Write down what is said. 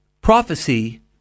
prophecy